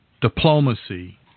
diplomacy